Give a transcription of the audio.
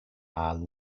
are